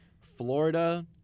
Florida